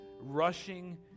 rushing